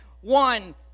one